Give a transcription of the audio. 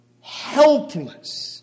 helpless